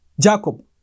Jacob